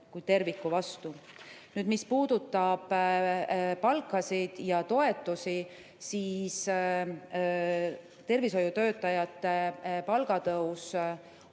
kui terviku vastu. Mis puudutab palkasid ja toetusi, siis tervishoiutöötajate palga tõus,